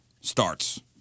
starts